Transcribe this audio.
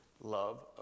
love